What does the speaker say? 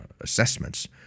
assessments